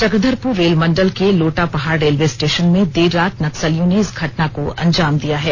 Chakradharpur rail मंडल के Lotapahar railway station में देर रात नक्सलियों ने इस घटना को अंजाम दिया है